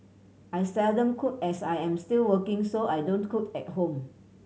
I seldom cook as I'm still working so I don't cook at home